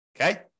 Okay